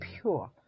pure